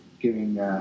giving